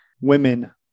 women